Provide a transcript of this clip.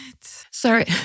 Sorry